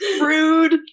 Rude